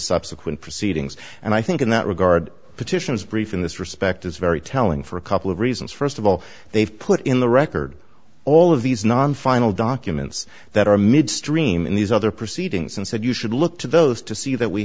subsequent proceedings and i think in that regard petitions brief in this respect is very telling for a couple of reasons st of all they've put in the record all of these non final documents that are midstream in these other proceedings and said you should look to those to see that we